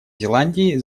зеландии